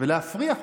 ולהפריח אותה.